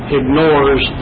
ignores